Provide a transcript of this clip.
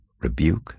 rebuke